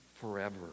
forever